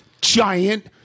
giant